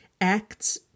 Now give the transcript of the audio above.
Acts